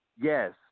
Yes